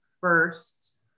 first